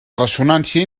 ressonància